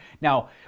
Now